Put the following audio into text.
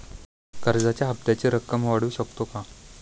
कर्जाच्या हप्त्याची रक्कम वाढवू शकतो का?